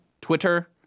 Twitter